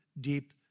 deep